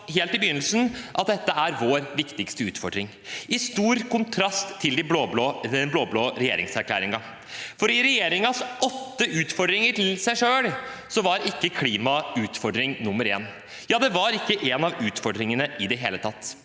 helt i begynnelsen at dette er vår viktigste utfordring – i stor kontrast til den blå-blå regjeringserklæringen, for i regjeringens åtte utfordringer til seg selv var ikke klima utfordring nummer 1, det var ikke blant utfordringene i det hele tatt.